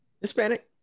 Hispanic